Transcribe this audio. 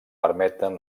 permeten